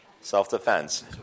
Self-defense